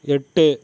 எட்டு